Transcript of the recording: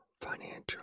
financial